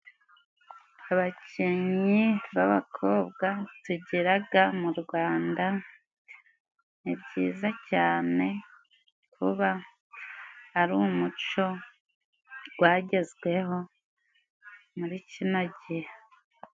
Abakinnyi b'abakobwa tugeraga mu Rwanda, ni byiza cyane kuba ari umuco gwagezweho muri kino gihe.